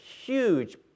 huge